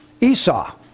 Esau